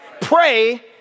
Pray